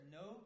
no